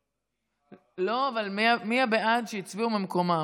לא, אבל מי בעד והצביעו ממקומם?